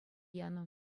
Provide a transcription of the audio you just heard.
янӑ